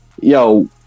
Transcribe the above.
Yo